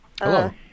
Hello